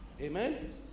Amen